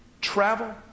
travel